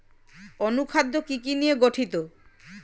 অনুখাদ্য কি কি নিয়ে গঠিত?